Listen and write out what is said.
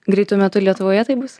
greitu metu ir lietuvoje taip bus